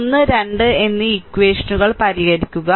1 2 എന്നീ ഇക്വഷനുകൾ പരിഹരിക്കുക